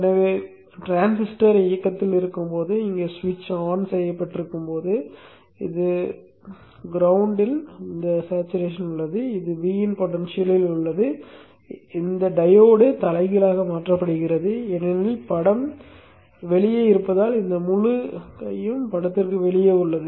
எனவே டிரான்சிஸ்டர் இயக்கத்தில் இருக்கும்போது இங்கே சுவிட்ச் ஆன் செய்யப்பட்டிருக்கும் போது இது தரைத் திறனில் உள்ளது இது Vin பொடென்ஷியலில் உள்ளது இந்த டையோடு தலைகீழாக மாற்றப்படுகிறது ஏனெனில் படம் வெளியே இருப்பதால் இந்த முழு கையும் படத்திற்கு வெளியே உள்ளது